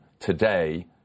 Today